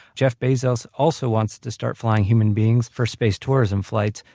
jeff bezos also wants to start flying human beings for space tourism flights.